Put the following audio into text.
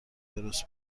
درست